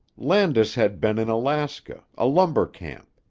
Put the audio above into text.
landis had been in alaska a lumber camp.